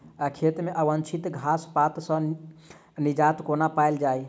खेत मे अवांछित घास पात सऽ निजात कोना पाइल जाइ?